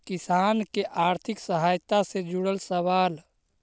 किसान के आर्थिक सहायता से जुड़ल सवाल?